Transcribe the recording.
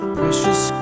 precious